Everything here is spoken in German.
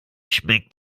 schmeckt